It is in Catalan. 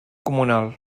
comunal